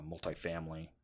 multifamily